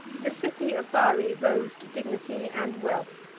the city of bari rose to dignity and wealth,